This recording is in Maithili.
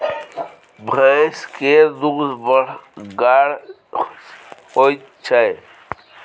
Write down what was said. भैंस केर दूध बड़ गाढ़ होइ छै